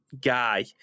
guy